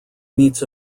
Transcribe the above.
meets